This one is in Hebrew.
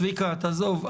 צביקה, עזוב.